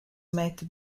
metta